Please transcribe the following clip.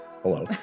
Hello